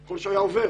ככל שהוא היה עובר,